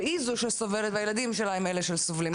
והיא זאת שסובלת והילדים שלה הם אלה שסובלים.